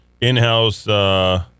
in-house